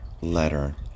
letter